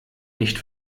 nicht